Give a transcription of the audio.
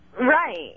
Right